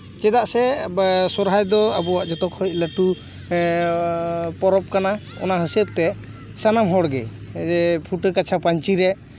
ᱪᱮᱫᱟᱜ ᱥᱮ ᱥᱚᱨᱦᱟᱭ ᱫᱚ ᱡᱚᱛᱚᱠᱷᱚᱡ ᱞᱟᱹᱴᱩ ᱯᱚᱨᱚᱵᱽ ᱠᱟᱱᱟ ᱚᱱᱟ ᱦᱤᱥᱟᱹᱵ ᱛᱮ ᱥᱟᱱᱟᱢ ᱦᱚᱲᱜᱮ ᱡᱮ ᱯᱷᱩᱴᱟᱹᱣ ᱠᱟᱪᱷᱟ ᱯᱟᱹᱧᱪᱤ ᱨᱮ